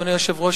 אדוני היושב-ראש,